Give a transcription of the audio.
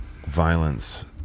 violence